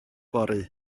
fory